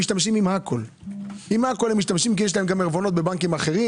עם הכול הם משתמשים כי יש להם עירבונות בבנקים אחרים.